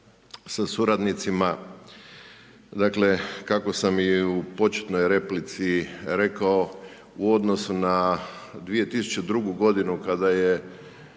sa suradnicima. Dakle, kako sam i u početnoj replici rekao u odnosu na 2002. godinu kada je